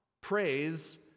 Praise